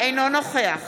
אינו נוכח